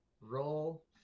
roll